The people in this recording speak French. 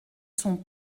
sont